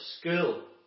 school